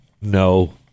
no